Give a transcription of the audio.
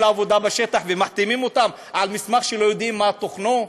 עבודה בשטח ומחתימים אותם על מסמך שלא יודעים מה תוכנו?